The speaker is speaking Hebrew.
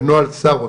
ונוהל שר אוצר.